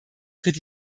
tritt